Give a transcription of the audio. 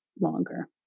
longer